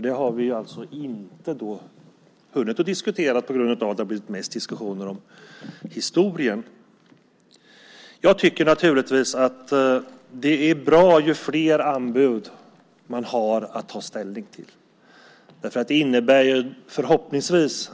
Det har vi inte hunnit diskutera på grund av att det mest har blivit diskussioner om historien. Det är bra att man har flera anbud att ta ställning till. Det innebär förhoppningsvis